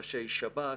ראשי שב"כ,